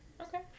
okay